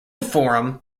forum